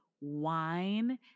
wine